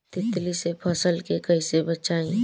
तितली से फसल के कइसे बचाई?